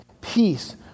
peace